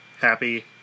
happy